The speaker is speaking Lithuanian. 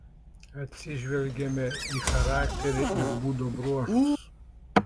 atsižvelgiame į charakterį ir būdo bruožus